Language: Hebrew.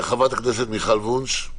חברת הכנסת מיכל וונש.